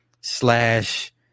slash